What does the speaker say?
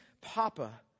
papa